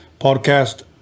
podcast